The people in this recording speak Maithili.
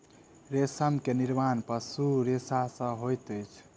रेशम के निर्माण पशु रेशा सॅ होइत अछि